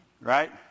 Right